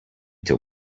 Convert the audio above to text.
till